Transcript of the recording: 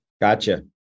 Gotcha